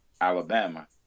Alabama